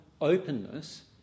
openness